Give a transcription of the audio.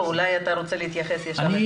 לא, אולי אתה רוצה להתייחס ישר לתוכנית?